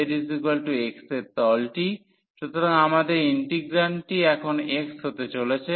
সুতরাং আমাদের ইন্টিগ্রান্ডটি এখন x হতে চলেছে